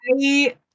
I-